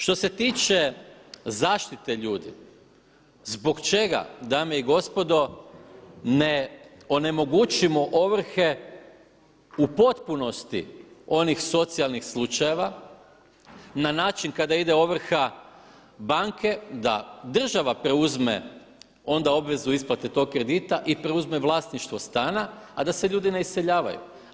Što se tiče zaštite ljudi, zbog čega dame i gospodo ne onemogućimo ovrhe u potpunosti onih socijalnih slučajeva na način kada ide ovrha banke da država preuzme onda obvezu isplate tog kredita i preuzme vlasništvo stana a da se ljudi ne iseljavaju.